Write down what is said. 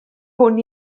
hwn